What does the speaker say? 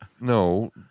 No